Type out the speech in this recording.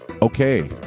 Okay